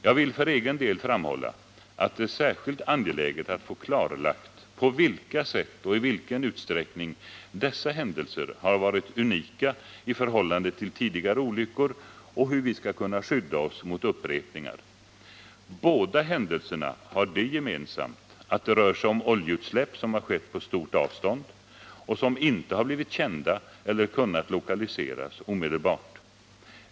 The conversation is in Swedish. Jag vill för egen del framhålla att det är särskilt angeläget att få klarlagt på vilka sätt och i vilken utsträckning dessa händelser har varit unika i förhållande till tidigare olyckor och hur vi skall kunna skydda oss mot upprepningar. Båda händelserna har det gemensamt att det rör sig om oljeutsläpp som har skett på stort avstånd och som inte har blivit kända eller kunnat lokaliseras omedelbart.